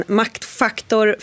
maktfaktor